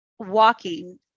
walking